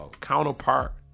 counterpart